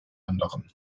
anderen